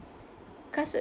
cause